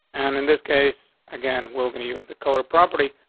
and in this case again, we're gonna use the color property.